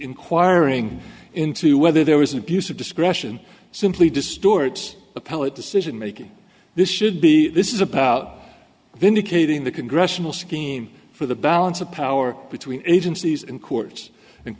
inquiring into whether there was an abuse of discretion simply distorts appellate decision making this should be this is about vindicating the congressional scheme for the balance of power between agencies and courts and